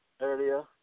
earlier